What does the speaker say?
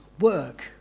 work